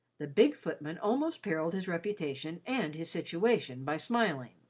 the big footman almost periled his reputation and his situation by smiling.